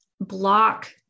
block